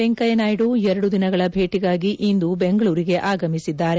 ವೆಂಕಯ್ಯನಾಯ್ದು ಎರಡು ದಿನಗಳ ಭೇಟಿಗಾಗಿ ಇಂದು ಬೆಂಗಳೂರಿಗೆ ಆಗಮಿಸಿದ್ದಾರೆ